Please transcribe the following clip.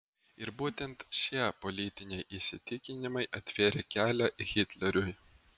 ir būtent šie politiniai įsitikinimai atvėrė kelią hitleriui